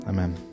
Amen